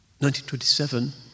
1927